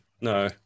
no